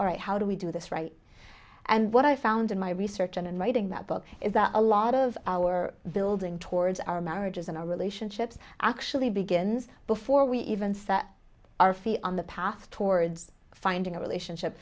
all right how do we do this right and what i found in my research and in writing that book is that a lot of our building towards our marriages and our relationships actually begins before we even set our feet on the path towards finding a relationship